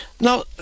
Now